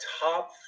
top